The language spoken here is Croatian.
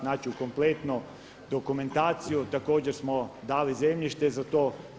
Znači kompletnu dokumentaciju, također smo dali zemljište za to.